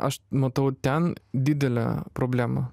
aš matau ten didelę problemą